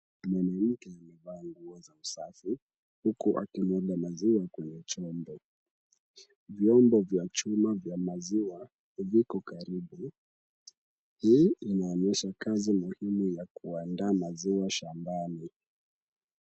Mwanamke amevaa nguo za usafi huku akibeba maziwa kwenye chombo. Vyombo vya chuma vya maziwa viko karibu. Hii inaonyesha kazi muhimu ya kuandaa maziwa shambani.